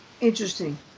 Interesting